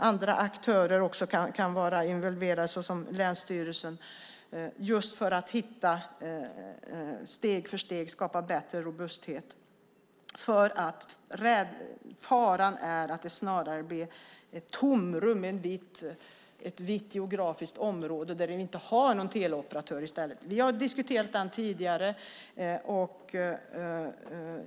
Andra aktörer kan också vara involverade, såsom länsstyrelsen. Detta görs just för att man steg för steg ska skapa bättre robusthet. Faran är annars att det snarare blir ett tomrum, ett vitt geografiskt område, där du inte har någon teleoperatör. Vi har diskuterat detta tidigare.